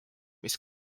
mis